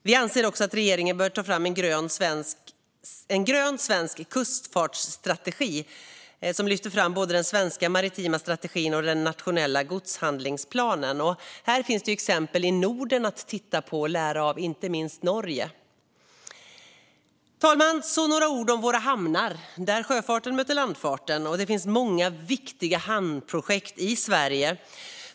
Vi anser också att regeringen bör ta fram en grön svensk kustfartsstrategi som lyfter fram både den svenska maritima strategin och den nationella godshandlingsplanen. Här finns det exempel i Norden att titta på och lära av, inte minst i Norge. Fru talman! Jag ska säga några ord om våra hamnar, där sjöfarten möter landfarten. Det finns många viktiga hamnprojekt i Sverige.